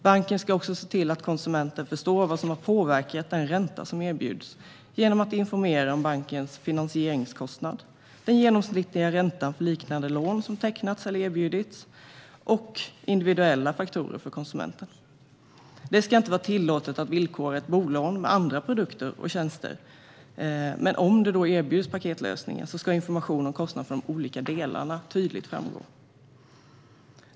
Banken ska också se till att konsumenten förstår vad som har påverkat den ränta som erbjuds, genom att informera om bankens finansieringskostnad, den genomsnittliga räntan för liknande lån som tecknats eller erbjudits och individuella faktorer för konsumenten. Det ska inte vara tillåtet att villkora ett bolån med andra produkter och tjänster, men om paketlösningar erbjuds ska information om kostnaden för de olika delarna tydligt framgå.